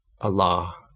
Allah